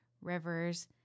rivers